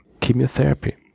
Chemotherapy